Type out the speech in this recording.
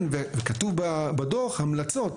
וכתוב בדו"ח המלצות,